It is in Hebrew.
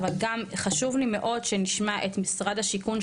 אבל גם חשוב לי מאוד שנשמע את משרד השיכון,